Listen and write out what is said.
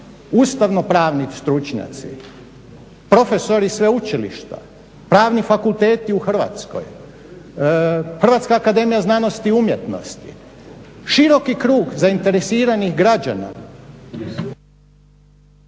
ustavnopravni stručnjaci, profesori sveučilišta, pravni fakulteti u Hrvatskoj, HAZU, široki krug zainteresiranih građana